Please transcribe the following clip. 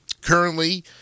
Currently